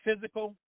physical